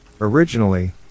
Originally